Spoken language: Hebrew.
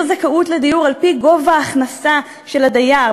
זכאות לדיור על-פי גובה ההכנסה של הדייר,